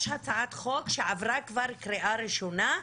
יש הצעת חוק שעברה כבר קריאה ראשונה,